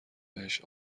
بهش